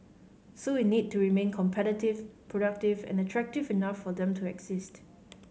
so we need to remain competitive productive and attractive enough for them to exist